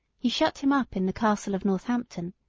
he shut him up in the castle of northampton,